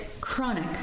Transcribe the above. chronic